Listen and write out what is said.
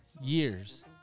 years